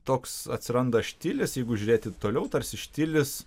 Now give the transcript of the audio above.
toks atsiranda štilis jeigu žiūrėti toliau tarsi štilis